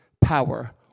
power